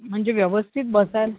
म्हणजे व्यवस्थित बसायला